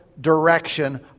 direction